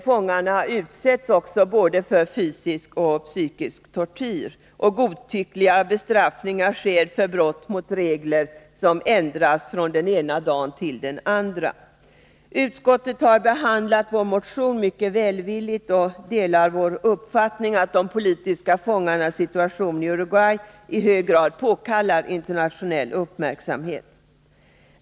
Fångarna utsätts också för både fysisk och psykisk tortyr, och godtyckliga bestraffningar sker för brott mot regler som ändras från den ena dagen till den andra. Utskottet har behandlat vår motion mycket välvilligt och delar vår uppfattning att de politiska fångarnas situation i Uruguay i hög grad påkallar internationell uppmärksamhet.